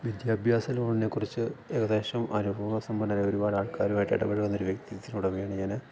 വിദ്യാഭ്യാസ ലോണിനെക്കുറിച്ച് ഏകദേശം അനുഭവസമ്പന്നരായ ഒരുപാട് ആൾക്കാരുമായിട്ട് ഇടപഴകുന്നൊരു വ്യക്തിത്വത്തിനുടമയാണ് ഞാൻ